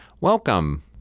Welcome